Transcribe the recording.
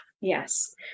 Yes